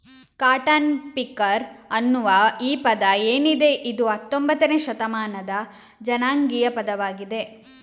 cotton picker ಅನ್ನುವ ಈ ಪದ ಏನಿದೆ ಇದು ಹತ್ತೊಂಭತ್ತನೇ ಶತಮಾನದ ಜನಾಂಗೀಯ ಪದವಾಗಿದೆ